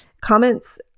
Comments